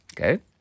Okay